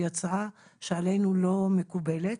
היא הצעה שעלינו לא מקובלת,